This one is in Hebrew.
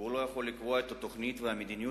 והוא לא יכול לקבוע את התוכנית ואת המדיניות